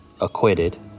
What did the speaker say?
acquitted